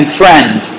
friend